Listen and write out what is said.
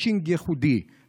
מצ'ינג ייחודי,